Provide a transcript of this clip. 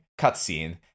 cutscene